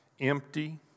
Empty